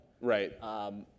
Right